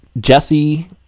Jesse